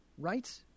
right